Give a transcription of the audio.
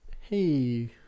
hey